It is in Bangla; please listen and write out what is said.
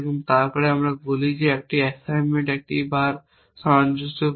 তারপর আমরা বলি যে একটি অ্যাসাইনমেন্ট একটি বার সামঞ্জস্যপূর্ণ